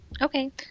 okay